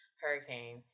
hurricane